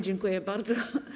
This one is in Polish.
Dziękuję bardzo.